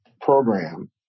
program